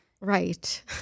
Right